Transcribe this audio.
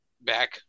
back